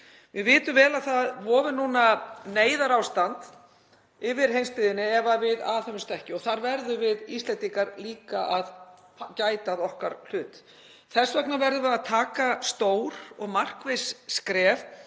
Við vitum vel að það vofir núna neyðarástand yfir heimsbyggðinni ef við aðhöfumst ekki og þar verðum við Íslendingar líka að gæta að okkar hlut. Þess vegna verðum við að taka stór og markviss skref